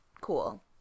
Cool